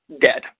dead